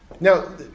Now